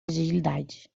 agilidade